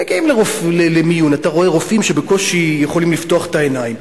אתה מגיע למיון ואתה רואה רופאים שבקושי יכולים לפתוח את העיניים.